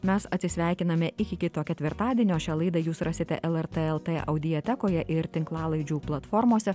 mes atsisveikiname iki kito ketvirtadienio šią laidą jūs rasite el er tė el tė audiotekoje ir tinklalaidžių platformose